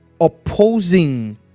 opposing